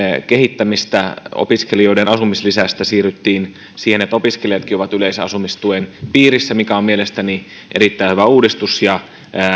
kehittämistä opiskelijoiden asumislisästä siirryttiin siihen että opiskelijatkin ovat yleisen asumistuen piirissä mikä on mielestäni erittäin hyvä uudistus ja